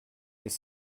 des